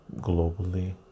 globally